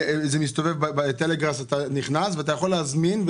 אתה נכנס לטלגראס ואתה יכול להזמין,